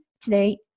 today